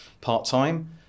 part-time